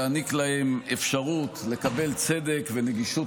יעניק להם אפשרות לקבל צדק ונגישות